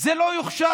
זה לא יוכשר,